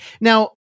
Now